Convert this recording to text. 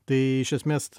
tai iš esmės